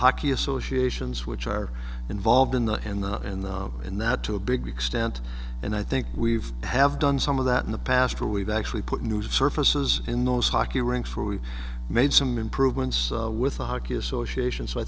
hockey associations which are involved in the in the in the in that to a big extent and i think we've have done some of that in the past where we've actually put new surfaces in those hockey rinks where we've made some improvements with the hockey association so i